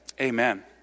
Amen